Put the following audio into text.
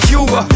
Cuba